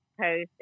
post